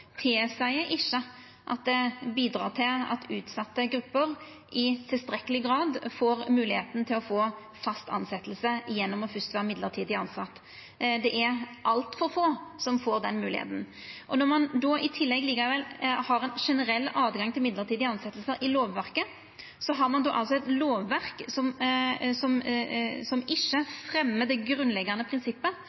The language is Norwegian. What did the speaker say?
ikkje at det bidreg til at utsette grupper i tilstrekkeleg grad får moglegheita til å få fast tilsetjing gjennom først å vera mellombels tilsett. Det er altfor få som får den moglegheita. Når ein i tillegg likevel har ein generell åtgang til mellombelse tilsetjingar i lovverket, har ein då eit lovverk som ikkje fremjar det grunnleggjande prinsippet